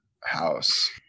house